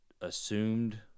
assumed